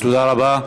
תודה רבה.